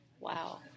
Wow